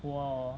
我